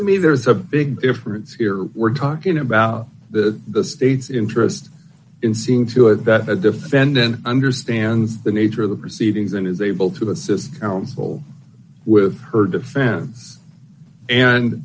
mean there's a big difference here we're talking about the the state's interest in seeing to it that the defendant understands the nature of the proceedings and is able to assist counsel with her defense and